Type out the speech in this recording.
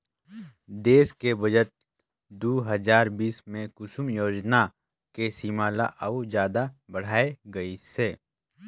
देस के बजट दू हजार बीस मे कुसुम योजना के सीमा ल अउ जादा बढाए गइसे